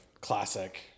Classic